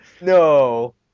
No